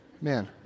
Man